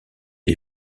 des